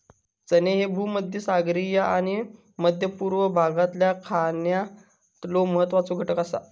चणे ह्ये भूमध्यसागरीय आणि मध्य पूर्व भागातल्या खाण्यातलो महत्वाचो घटक आसा